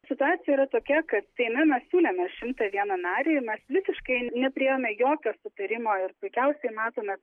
situacija yra tokia kad seime mes siūlėme šimtą vieną narį ir mes visiškai neturėjome jokio sutarimo ir puikiausiai matome